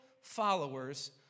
followers